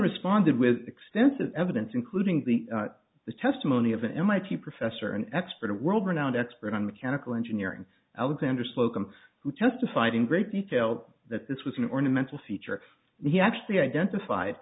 responded with extensive evidence including the the testimony of an mit professor an expert a world renowned expert on mechanical engineering alexander slocum who testified in great detail that this was an ornamental feature and he actually identified